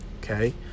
Okay